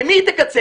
במה היא תקצץ?